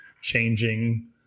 changing